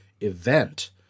event